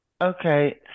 okay